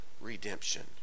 redemption